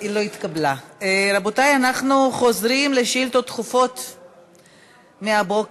רבותי, אנחנו חוזרים לשאילתות דחופות מהבוקר.